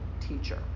teacher